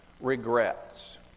regrets